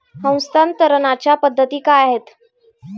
हस्तांतरणाच्या पद्धती काय आहेत?